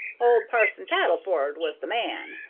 old parson padelford was the man!